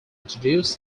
introduced